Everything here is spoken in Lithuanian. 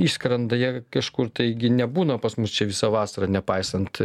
išskrenda jie kažkur taigi nebūna pas mus čia visą vasarą nepaisant